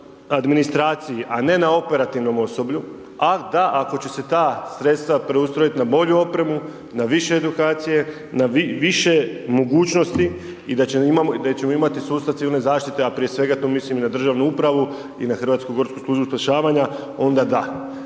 na administraciji, a ne na operativnom osoblju, a da ako će se ta sredstava preustrojit na bolju opremu, na više edukacije, na više mogućnosti i da ćemo imati sustav civilne zaštite, a prije svega to mislim na Državnu upravu i Hrvatsku gorsku službu spašavanja, onda da.